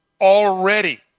already